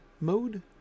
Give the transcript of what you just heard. mode